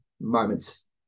moments